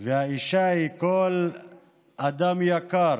והאישה היא כל אדם יקר